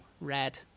red